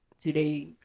today